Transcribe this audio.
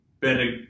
better